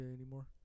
anymore